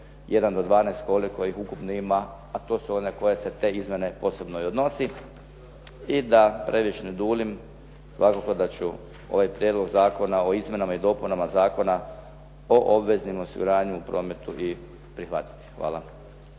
od 12 koliko ih ukupno ima, a to su one koje se te izmjene osobno i odnosi. I da previše ne duljim, svakako da ću ovaj Prijedlog zakona o izmjenama i dopunama Zakona o obveznom osiguranju u prometu i prihvatiti. Hvala.